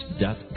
dot